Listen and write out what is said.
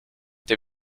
der